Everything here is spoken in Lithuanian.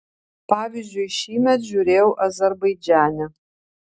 pavyzdžiui šįmet žiūrėjau azerbaidžane